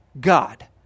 God